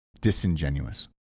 disingenuous